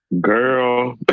Girl